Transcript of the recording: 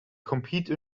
compete